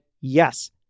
yes